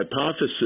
hypothesis